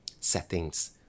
settings